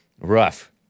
Rough